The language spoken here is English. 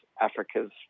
Africa's